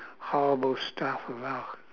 horrible stuff of our